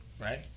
right